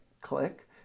Click